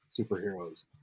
superheroes